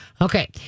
Okay